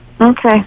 Okay